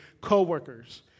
coworkers